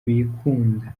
bikunda